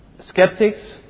skeptics